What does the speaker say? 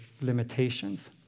limitations